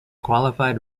qualified